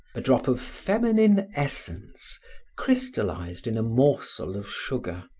a drop of feminine essence crystallized in a morsel of sugar.